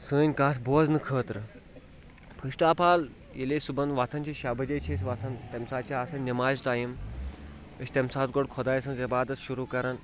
سٲنۍ کَتھ بوزنہٕ خٲطرٕ فٔسٹ آف آل ییٚلہِ أسۍ صُبحن وۄتھان چھِ شےٚ بجے چھِ أسۍ وۄتھان تمہِ ساتہٕ چھِ آسَن نِماز ٹایم أسۍ چھِ تَمہِ ساتہٕ گۄڈٕ خۄداے سٕنٛز عِبادت شروٗع کَران